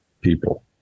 people